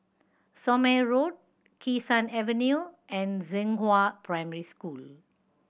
Somme Road Kee Sun Avenue and Zhenghua Primary School